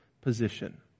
position